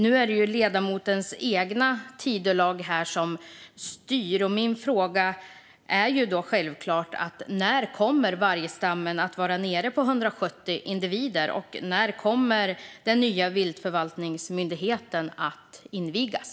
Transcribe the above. Nu är det ledamotens eget Tidölag som styr, och därför undrar jag när vargstammen kommer att minska till 170 individer? När kommer den nya viltförvaltningsmyndigheten att invigas?